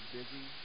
busy